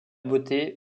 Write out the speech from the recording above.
beauté